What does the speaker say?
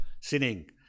sinning